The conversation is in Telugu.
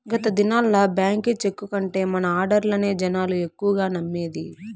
గత దినాల్ల బాంకీ చెక్కు కంటే మన ఆడ్డర్లనే జనాలు ఎక్కువగా నమ్మేది